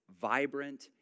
vibrant